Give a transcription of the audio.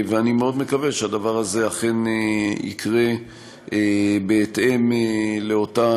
ואני מאוד מקווה שהדבר הזה אכן יקרה בהתאם לאותה